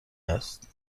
است